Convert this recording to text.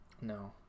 no